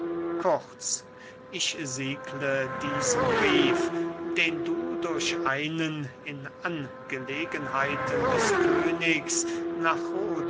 kurz ich siegle diesen brief den du durch einen in angelegenheiten des königs nach